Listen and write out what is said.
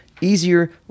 Easier